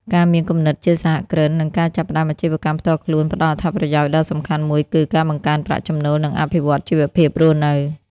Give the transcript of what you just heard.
ការមានគំនិតជាសហគ្រិន និងការចាប់ផ្តើមអាជីវកម្មផ្ទាល់ខ្លួនផ្តល់អត្ថប្រយោជន៍ដ៏សំខាន់មួយគឺ ការបង្កើនប្រាក់ចំណូល និងអភិវឌ្ឍន៍ជីវភាពរស់នៅ។